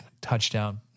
touchdown